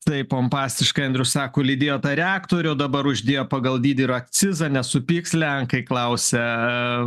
taip pompastiškai andrius sako lydėjo tą reaktorių dabar uždėjo pagal dydį ir akcizą nesupyks lenkai klausia